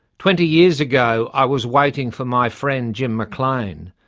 twenty years ago, i was waiting for my friend, jim maclaine,